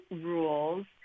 rules